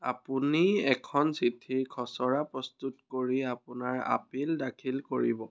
আপুনি এখন চিঠিৰ খচৰা প্ৰস্তুত কৰি আপোনাৰ আপীল দাখিল কৰিব